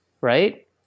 right